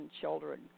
children